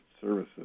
services